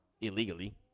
illegally